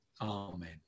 Amen